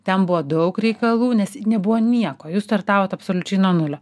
ten buvo daug reikalų nes nebuvo nieko jūs startavot absoliučiai nuo nulio